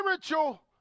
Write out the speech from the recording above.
spiritual